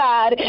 God